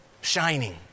Shining